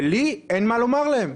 ולי אין מה לומר להם.